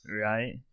Right